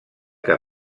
que